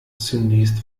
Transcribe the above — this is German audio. zunächst